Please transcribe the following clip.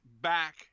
back